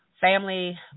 family